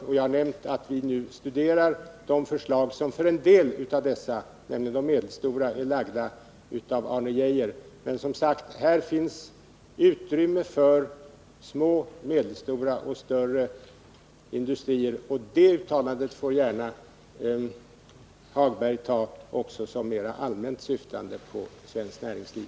Som jag nämnt studerar vi nu de förslag för en del av dessa, nämligen de medelstora, som är framlagda av Arne Geijer. Men det finns, som sagt, utrymme för små, medelstora och större industrier. Det uttalandet får Lars-Ove Hagberg gärna också betrakta som mera allmänt syftande på svenskt näringsliv.